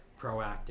proactive